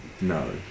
No